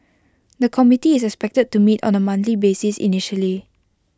the committee is expected to meet on A monthly basis initially